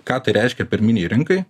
ką tai reiškia pirminei rinkai